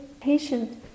patient